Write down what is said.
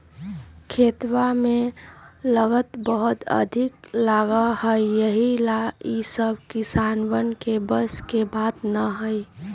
खेतवा में लागत बहुत अधिक लगा हई यही ला ई सब किसनवन के बस के बात ना हई